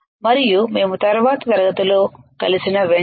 మరియు మేము తరువాతి తరగతిలో కలిసిన వెంటనే